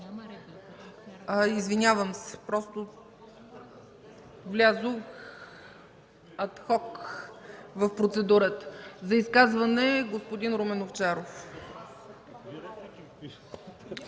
Извинявам се, просто влязох ад хок в процедурата. За изказване – господин Румен Овчаров.